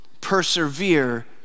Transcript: persevere